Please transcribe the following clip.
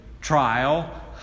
trial